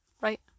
right